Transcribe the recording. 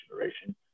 generation